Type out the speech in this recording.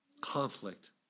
conflict